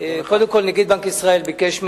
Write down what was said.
קודם כול נגיד בנק ישראל ביקש ממני,